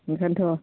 बेखायनोथ'